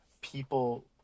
People